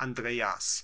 andreas